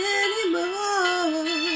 anymore